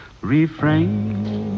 refrain